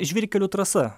žvyrkelių trasa